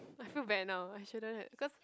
I feel bad now I shouldn't had cause